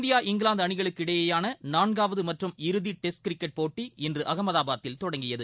India இப்கிலாந்துஅணிகளுக்கு இடையேயானநான்காவதமற்றம் இறுதிடெஸ்ட் கிரிக்கெட் போட்டி இன்றுஅகமதாபாத்தில் தொடங்கியது